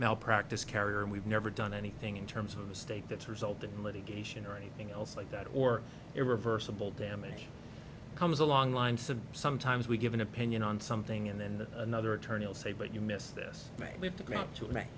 malpractise carrier and we've never done anything in terms of a state that's resulted in litigation or anything else like that or irreversible damage comes along lines and sometimes we give an opinion on something and then another attorney will say but you missed this